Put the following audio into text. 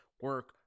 Work